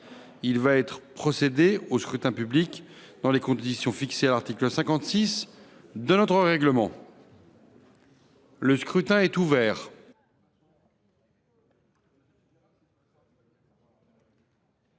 Il va être procédé au scrutin dans les conditions fixées par l’article 56 du règlement. Le scrutin est ouvert.